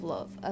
Love